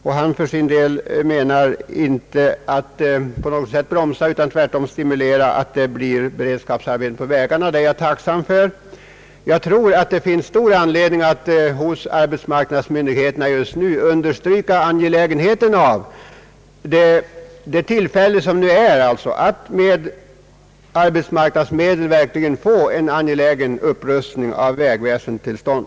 Han avser för sin del inte att bromsa utan vill tvärtom stimulera beredskapsarbeten på vägarna, och det är jag tacksam för. Jag tror att det finns stor anledning att för arbetsmarknadsmyndigheterna understryka angelägenheten av det tillfälle vi nu har, nämligen att med arbetsmarknadsmedel verkligen få en upprustning av vägväsendet till stånd.